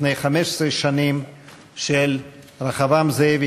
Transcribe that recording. של רחבעם זאבי